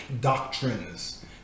doctrines